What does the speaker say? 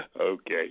okay